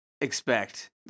expect